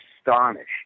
astonished